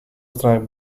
stronach